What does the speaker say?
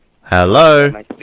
Hello